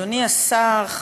אדוני השר,